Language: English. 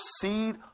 seed